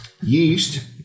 Yeast